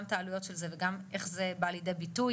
את העלויות של זה וגם איך זה בא לידי ביטוי.